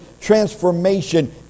transformation